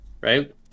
right